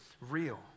real